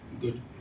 Good